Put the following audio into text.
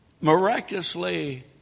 miraculously